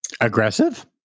Aggressive